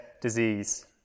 disease